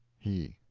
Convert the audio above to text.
he.